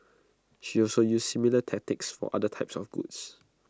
she also used similar tactics for other types of goods